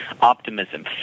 optimism